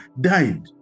died